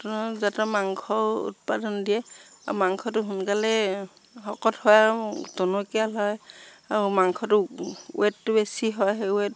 উন্নত জাতৰ মাংসও উৎপাদন দিয়ে আৰু মাংসটো সোনকালেই শকত হয় আৰু টনকিয়াল হয় আৰু মাংসটো ৱেটটো বেছি হয় সেই ৱেট